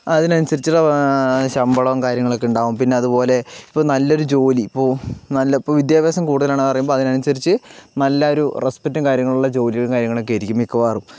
അതിനനുസരിച്ചുള്ള ശമ്പളം കാര്യങ്ങളൊക്കെ ഉണ്ടാവും പിന്നേ അതുപോലെ ഇപ്പോൾ നല്ലൊരു ജോലി ഇപ്പോൾ നല്ല ഇപ്പോൾ വിദ്യാഭ്യാസം കൂടുതലാണ് പറയുമ്പോൾ അതിനനുസരിച്ച് നല്ലൊരു റെസ്പെക്റ്റും കാര്യങ്ങളുള്ള ജോലിയും കാര്യങ്ങളൊക്കെയായിരിക്കും മിക്കവാറും